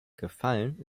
gefallen